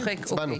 הצענו.